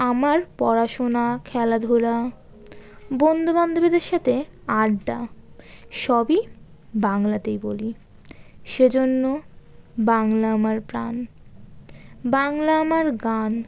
আমার পড়াশোনা খেলাধূলা বন্ধু বান্ধবীদের সাথে আড্ডা সবই বাংলাতেই বলি সেজন্য বাংলা আমার প্রাণ বাংলা আমার গান